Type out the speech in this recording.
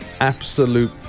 absolute